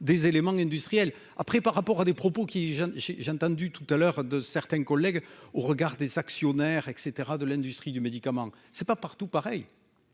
des éléments industriels après par rapport à des propos, qui j'ai j'ai entendu tout à l'heure de certains collègues au regard des actionnaires, et cetera, de l'industrie du médicament c'est pas partout pareil,